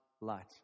light